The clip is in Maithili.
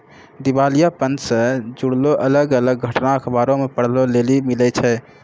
दिबालियापन से जुड़लो अलग अलग घटना अखबारो मे पढ़ै लेली मिलै छै